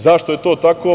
Zašto je to tako?